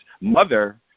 mother